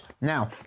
Now